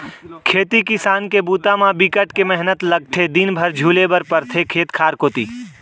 खेती किसान के बूता म बिकट के मेहनत लगथे दिन भर झुले बर परथे खेत खार कोती